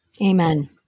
amen